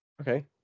okay